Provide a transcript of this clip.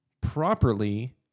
properly